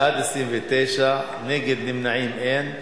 בעד, 27, נגד ונמנעים, אין.